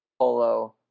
polo